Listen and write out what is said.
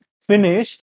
finish